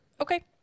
Okay